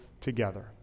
together